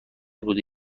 بوده